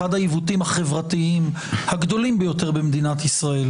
אחד העיוותים החברתיים הגדולים ביותר במדינת ישראל,